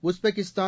Uzbekistan